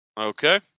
Okay